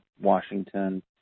Washington